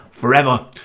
Forever